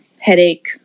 headache